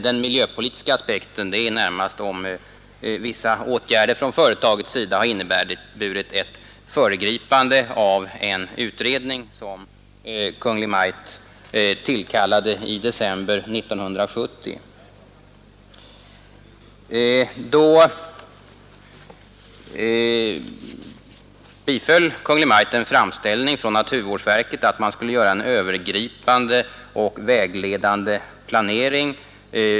Den miljöpolitiska aspekten är närmast om vissa åtgärder från företagets sida har inneburit ett föregripande av en utredning som Kungl. Maj:t tillkallade i december 1970. Då biföll Kungl. Maj:t en framställning från naturvårdsverket att man skulle göra en övergripande och vägledande planering.